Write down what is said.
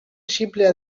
xinplea